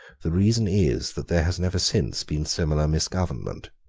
the reason is that there has never since been similar misgovernment.